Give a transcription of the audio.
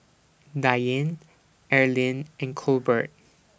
Diane Arlyn and Colbert